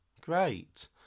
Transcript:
great